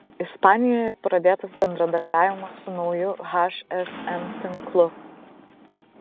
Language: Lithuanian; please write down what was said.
ispanijoje pradėtas bendradarbiavimas su nauju hsm tinklu